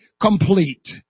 complete